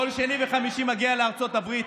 כל שני וחמישי מגיע לארצות הברית,